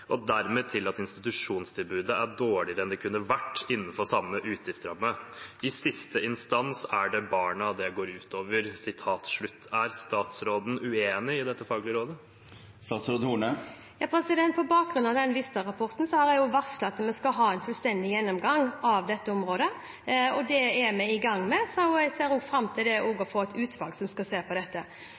og dermed til at institusjonstilbudet er dårligere enn det kunne vært, innenfor samme utgiftsramme. I siste instans er det barna det går ut over.» Er statsråden uenig i dette faglige rådet? På bakgrunn av den Vista-rapporten har jeg varslet at vi skal ha en fullstendig gjennomgang av dette området. Det er vi i gang med, og jeg ser fram til å få et utvalg som skal se på dette.